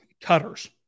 cutters